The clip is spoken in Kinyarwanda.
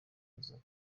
aza